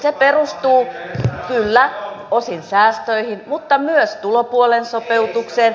se perustuu kyllä osin säästöihin mutta myös tulopuolen sopeutukseen